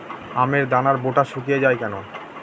আমের দানার বোঁটা শুকিয়ে য়ায় কেন?